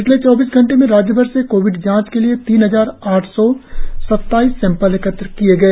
पिछले चौबीस घंटे में राज्यभर से कोविड जांच के लिए तीन हजार आठ सौ सत्ताईस सैंपल एकत्र किए गए